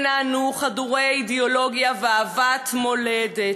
והם נענו, חדורי אידיאולוגיה ואהבת מולדת.